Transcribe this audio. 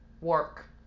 work